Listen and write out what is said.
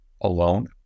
alone